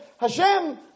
Hashem